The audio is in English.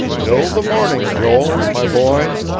till the morning, joel, my boy.